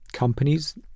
Companies